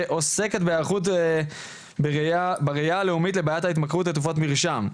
שעוסקת בהיערכות בראייה הלאומית לבעיית ההתמכרות לתרופות מרשם.